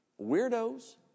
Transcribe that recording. weirdos